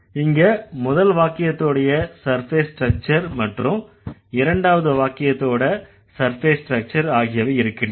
இங்க முதல் வாக்கியத்தோட சர்ஃபேஸ் ஸ்ட்ரக்சர் மற்றும் இரண்டாவது வாக்கியத்தோட சர்ஃபேஸ் ஸ்ட்ரக்சர் ஆகியவை இருக்கின்றன